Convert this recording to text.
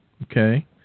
Okay